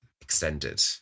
extended